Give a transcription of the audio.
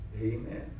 Amen